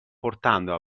portando